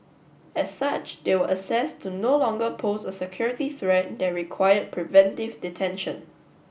as such they were assess to no longer pose a security threat that required preventive detention